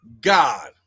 God